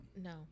No